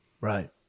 Right